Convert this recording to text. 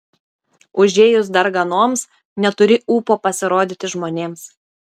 užėjus darganoms neturi ūpo pasirodyti žmonėms